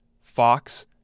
Fox